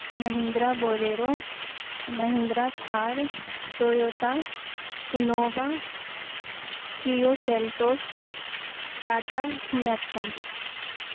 Mahindra Bolero Mahindra Thar Toyota Innova Kia Seltos Tata Nexon